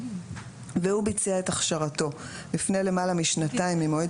והוא ביצע את הכשרתו לפני למעלה משנתיים ממועד